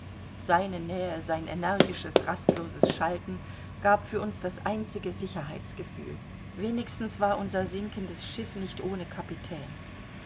seine nähe sein energisches rastloses schalten gab uns das einzige sicherheitsgefühl wenigstens war unser sinkendes schiff nicht ohne kapitän